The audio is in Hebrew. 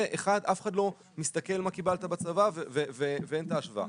אף אחד לא מסתכל מה קיבלת בצבא ואין את ההשוואה.